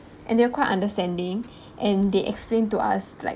and they are quite understanding and they explained to us like